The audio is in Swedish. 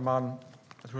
Herr talman! Den